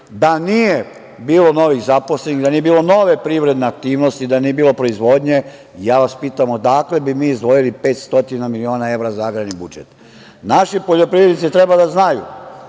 nije bilo novozaposlenih, da nije bilo nove privredne aktivnosti, da nije bilo proizvodnje ja vas pitam – odakle bi mi izdvojili 500 miliona evra za agrarni budžet? Naši poljoprivrednici treba da znaju